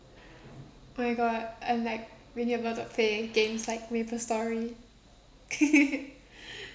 oh my god I'm like really about to play games like maple story